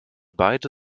beide